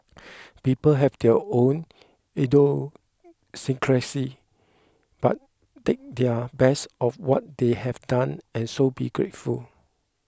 people have their own idiosyncrasies but take their best of what they have done and so be grateful